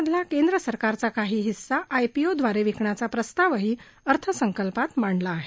मधला केंद्र सरकारचा काही हिस्सा आयपीओद्वारे विकण्याचा प्रस्तावही अर्थसंकल्पात मांडला आहे